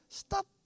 stop